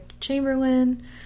Chamberlain